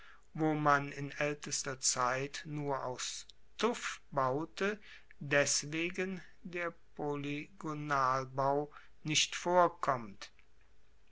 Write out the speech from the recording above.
wo man in aeltester zeit nur aus tuff baute deswegen der polygonalbau nicht vorkommt